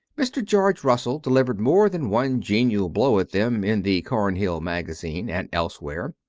mr. george russell delivered more than one genial blow at them in the cornhill magazine and elsewhere.